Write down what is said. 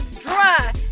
dry